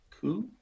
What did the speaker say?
Cool